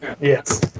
Yes